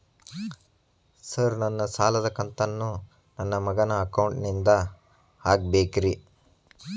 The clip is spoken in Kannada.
ಸರ್ ನನ್ನ ಸಾಲದ ಕಂತನ್ನು ನನ್ನ ಮಗನ ಅಕೌಂಟ್ ನಿಂದ ಹಾಕಬೇಕ್ರಿ?